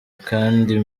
kandi